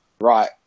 right